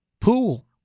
pool